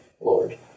Lord